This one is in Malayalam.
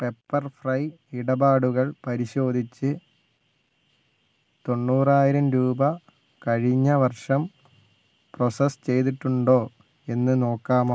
പെപ്പർ ഫ്രൈ ഇടപാടുകൾ പരിശോധിച്ച് തൊണ്ണൂറായിരം രൂപ കഴിഞ്ഞ വർഷം പ്രോസസ്സ് ചെയ്തിട്ടുണ്ടോ എന്ന് നോക്കാമോ